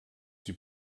die